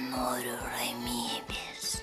noriu ramybės